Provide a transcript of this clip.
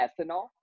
ethanol